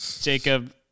jacob